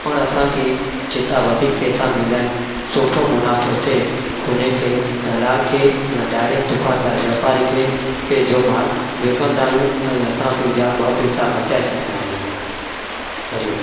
पर असांखे जितां वधीक पैसा मिलनि सुठो मुनाफ़ो थिए हुन खे दलाल खे या डाइरेक्ट दुकानदार वापारी खे पंहिंजो मालु विकिणंदा आहियूं ऐं असां पंहिंजा ॿ पैसा बचाए सघंदा आहियूं हरि ओम